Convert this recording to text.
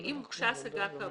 אם הוגשה השגה כאמור,